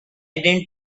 didn’t